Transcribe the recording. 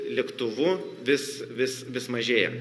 lėktuvu vis vis vis mažėja